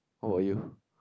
how about you